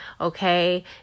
okay